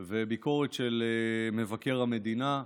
וביקורת של מבקר המדינה,